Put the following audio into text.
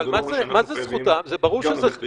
אבל זה לא אומר שאנחנו חייבים גם ללכת לשם,